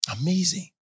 Amazing